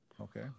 Okay